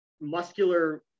muscular